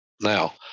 Now